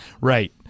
Right